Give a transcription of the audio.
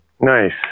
Nice